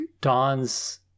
dawn's